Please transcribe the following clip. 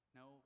no